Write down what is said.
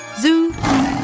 Zoo